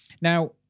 Now